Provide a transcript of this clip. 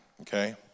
Okay